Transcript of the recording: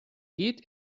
geht